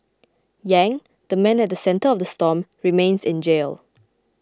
Yang the man at the centre of the storm remains in jail